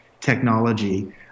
technology